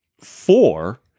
Four